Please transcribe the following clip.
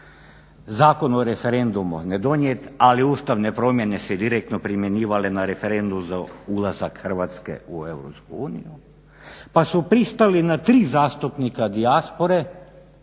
Zakon o referendumu ne donijet ali ustavne promjene se direktno primjenjivali za referendum za ulazak Hrvatske u EU, pa su pristali na tri zastupnika dijaspore,